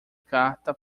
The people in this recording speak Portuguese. carta